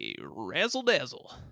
razzle-dazzle